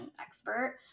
expert